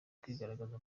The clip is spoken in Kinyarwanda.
kwigaragaza